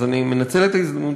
אז אני מנצל את ההזדמנות,